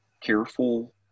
careful